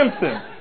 Simpson